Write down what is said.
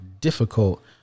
difficult